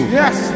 yes